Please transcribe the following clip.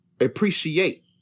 appreciate